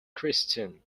christian